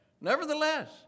Nevertheless